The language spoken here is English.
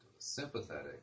Sympathetic